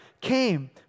came